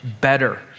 better